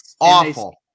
Awful